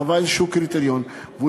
קבע קריטריון כלשהו,